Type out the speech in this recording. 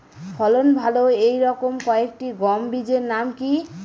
ফলন ভালো এই রকম কয়েকটি গম বীজের নাম কি?